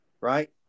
right